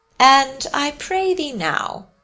and, i pray thee now,